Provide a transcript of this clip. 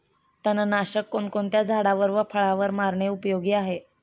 तणनाशक कोणकोणत्या झाडावर व फळावर मारणे उपयोगी आहे?